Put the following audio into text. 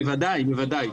בוודאי, בוודאי.